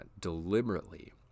Deliberately